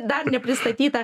dar nepristatytą